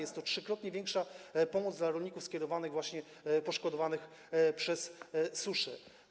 Jest to trzykrotnie większa pomoc dla rolników skierowana właśnie do poszkodowanych przez susze.